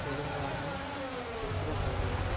Telangana Uttar Pradesh